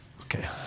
Okay